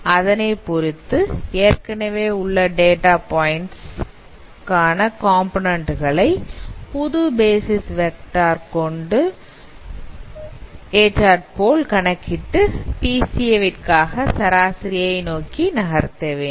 அதனைப் பொறுத்து ஏற்கனவே உள்ள டேட்டா பாயின்ட்ஸ் காண காம்போநன்ண்ட் கலை புது பேசிஸ் வெக்டார் க்கு ஏற்றாற்போல் கணக்கிட்டு பிசிஏ விற்காக சராசரியை நோக்கி நகர்த்த வேண்டும்